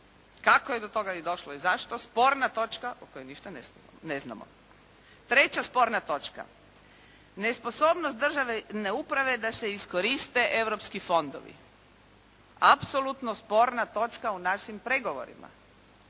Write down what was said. Kako je do toga došlo i zašto sporna točka o kojoj ništa ne znamo. Treća sporna točka nesposobnost državne uprave da se iskoriste europski fondovi. Apsolutno sporna točka u našim pregovorima.